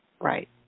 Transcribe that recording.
Right